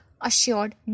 assured